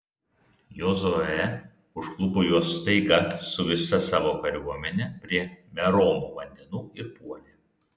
jozuė užklupo juos staiga su visa savo kariuomene prie meromo vandenų ir puolė